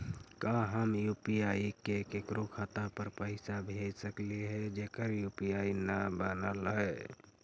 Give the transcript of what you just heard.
का हम यु.पी.आई से केकरो खाता पर पैसा भेज सकली हे जेकर यु.पी.आई न बनल है?